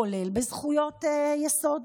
כולל בזכויות יסוד,